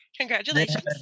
congratulations